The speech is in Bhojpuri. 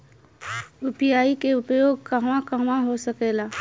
यू.पी.आई के उपयोग कहवा कहवा हो सकेला?